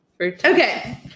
Okay